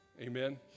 Amen